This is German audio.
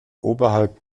oberhalb